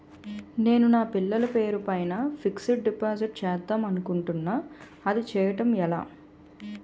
నేను నా పిల్లల పేరు పైన ఫిక్సడ్ డిపాజిట్ చేద్దాం అనుకుంటున్నా అది చేయడం ఎలా?